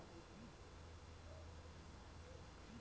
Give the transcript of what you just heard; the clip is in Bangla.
ক্যাটেল বা গবাদি পশুদের অলুকরল ক্যরা হ্যয় বাচ্চার জ্যনহে